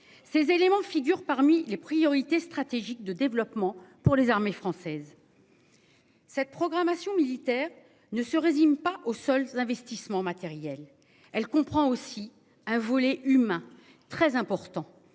ces éléments figurent parmi les priorités stratégiques de développement pour les armées françaises. Cette programmation militaire ne se résume pas aux soldes d'investissements matériel elle comprend aussi un volet humain très important